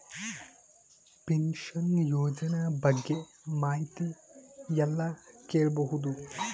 Pension ಯೋಜನ ಬಗ್ಗೆ ಮಾಹಿತಿ ಎಲ್ಲ ಕೇಳಬಹುದು?